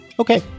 Okay